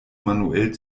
manuell